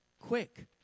quick